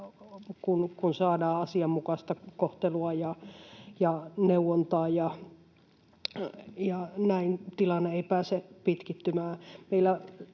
kun saadaan asianmukaista kohtelua ja neuvontaa, ja näin tilanne ei pääse pitkittymään.